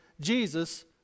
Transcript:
Jesus